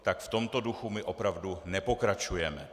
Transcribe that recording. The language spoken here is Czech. Tak v tomto duchu my opravdu nepokračujeme.